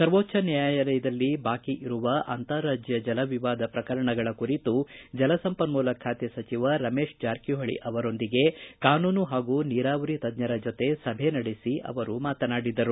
ಸರ್ವೋಚ್ದ ನ್ಶಾಯಾಲಯದಲ್ಲಿ ಬಾಕಿ ಇರುವ ಅಂತಾರಾಜ್ಯ ಜಲ ವಿವಾದ ಪ್ರಕರಣಗಳ ಕುರಿತು ಜಲಸಂಪನ್ನೂಲ ಖಾತೆ ಸಚಿವ ರಮೇಶ್ ಜಾರಕಿಹೊಳಿ ಅವರೊಂದಿಗೆ ಕಾನೂನು ಹಾಗೂ ನೀರಾವರಿ ತಜ್ಞರ ಜತೆ ಸಭೆ ನಡೆಸಿ ಅವರು ಮಾತನಾಡಿದರು